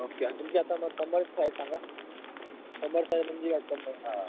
okay आणि तुमची आता मग कंबरची साईज सांगा कंबर साईज तुमची काय कंबर हां